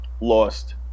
lost